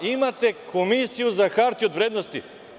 Imate Komisiju za hartije od vrednosti.